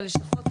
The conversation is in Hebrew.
והלשכות כאן,